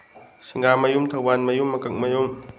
ꯁꯤꯡꯒꯥꯃꯌꯨꯝ ꯊꯧꯕꯥꯜꯃꯌꯨꯝ ꯃꯀꯛꯃꯌꯨꯝ